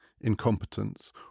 incompetence